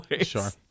Sure